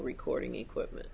recording equipment